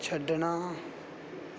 ਛੱਡਣਾ